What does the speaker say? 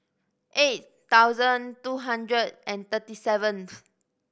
eight thousand two hundred and thirty seventh